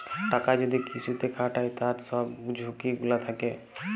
টাকা যদি কিসুতে খাটায় তার সব ঝুকি গুলা থাক্যে